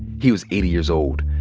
he was eighty years old.